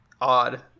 Odd